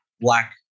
black